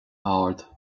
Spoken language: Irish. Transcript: ard